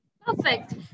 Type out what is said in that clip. perfect